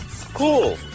Cool